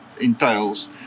entails